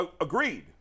Agreed